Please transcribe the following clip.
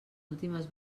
últimes